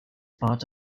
part